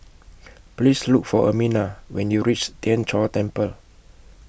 Please Look For Ermina when YOU REACH Tien Chor Temple